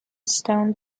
stone